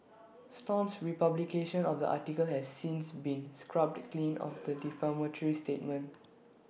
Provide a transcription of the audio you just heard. stomp's republication of the article has since been scrubbed clean of the defamatory statement